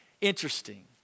Interesting